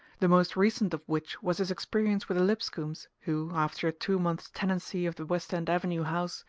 the most recent of which was his experience with the lipscombs, who, after a two months' tenancy of the west end avenue house,